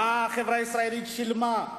מה החברה הישראלית שילמה.